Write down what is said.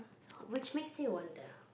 which makes me wonder